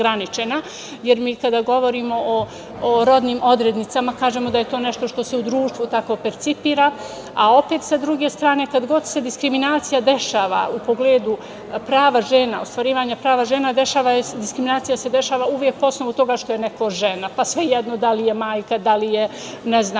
jer mi kada govorimo o rodnim odrednicama kažemo da je to nešto što se u društvu tako percipira, a opet sa druge strane kad god se diskriminacija dešava u pogledu prava žena, ostvarivanja prava žena, diskriminacija se dešava uvek po osnovu toga što je neko žena, pa svejedno da li je majka, da li ne znam